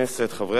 חברי הכנסת,